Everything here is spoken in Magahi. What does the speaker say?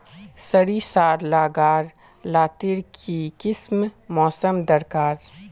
सरिसार ला गार लात्तिर की किसम मौसम दरकार?